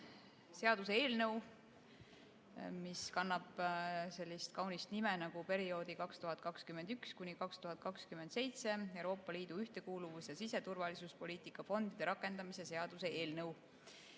seaduseelnõu, mis kannab sellist kaunist nime nagu "Perioodi 2021–2027 Euroopa Liidu ühtekuuluvus- ja siseturvalisuspoliitika fondide rakendamise seaduse eelnõu".